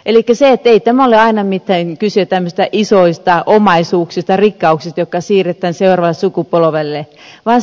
sama se on muissakin yritystoiminnan sukupolvenvaihdoksissa elikkä ei tässä ole aina kyse mistään tällaisista isoista omaisuuksista rikkauksista jotka siirretään seuraavalle sukupolvelle vaan